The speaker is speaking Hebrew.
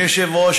אדוני היושב-ראש,